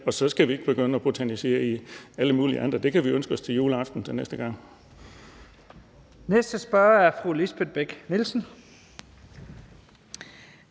og så skal vi ikke begynde at botanisere i alle mulige andre ting. Det kan vi ønske os til juleaften næste gang. Kl. 15:55 Første næstformand